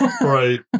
right